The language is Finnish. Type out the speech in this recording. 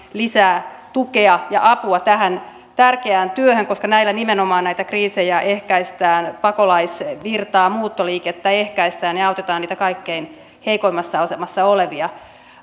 lisää tukea ja apua tähän tärkeään työhön koska näillä nimenomaan näitä kriisejä ehkäistään pakolaisvirtaa muuttoliikettä ehkäistään ja autetaan niitä kaikkein heikoimmassa asemassa olevia